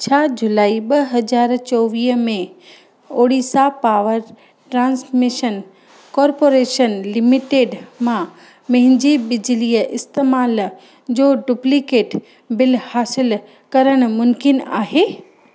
छा जुलाई ॿ हज़ार चोवीह में Odisha power transmission corporation limited मां मुंहिंजे बिजलीअ इस्तेमालु जो डुप्लीकेट बिल हासिलु करण मुनकिन आहे